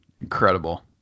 incredible